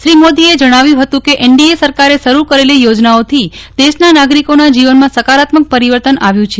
શ્રી મોદીએ જજ્ઞાવ્યું હતું કે એનડીએ સરકારે શરૂ કરેલી યોજનાઓથી દેશના નાગરિકોના જીવનમાં સકારાત્મક પરિવર્તન આવ્યું છે